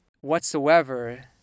whatsoever